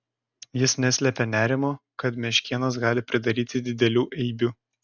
jis neslėpė nerimo kad meškėnas gali pridaryti didelių eibių